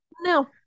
no